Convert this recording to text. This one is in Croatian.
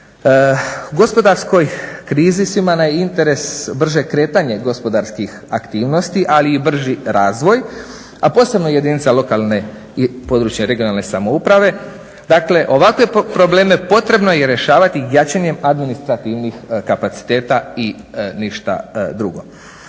U gospodarskoj krizi svima nam je interes brže kretanje gospodarskih aktivnosti, ali i brži razvoj. A posebno jedinica lokalne i područne (regionalne) samouprave. Dakle, ovakve probleme potrebno je rješavati jačanjem administrativnih kapaciteta i ništa drugo.